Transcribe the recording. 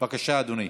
בבקשה, אדוני